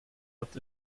hat